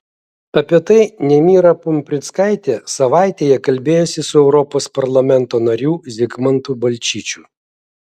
apie tai nemira pumprickaitė savaitėje kalbėjosi su europos parlamento nariu zigmantu balčyčiu